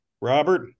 Robert